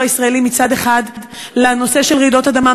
הישראלי מצד אחד לנושא של רעידות אדמה,